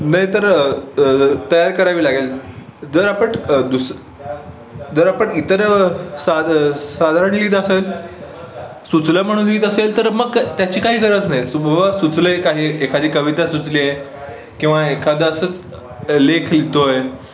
नाहीतर तयार करावी लागेल जर आपण दुस जर आपण इतर साद साधारण लिहित असेल सुचलं म्हणून लिहित असेल तर मग काय त्याची काही गरज नाही सुचलं आहे काही एखादी कविता सुचली आहे किंवा एखादा असंच लेख लिहीतो आहे